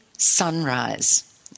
Sunrise